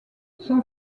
son